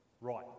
Right